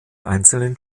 einzelnen